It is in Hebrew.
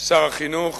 שר החינוך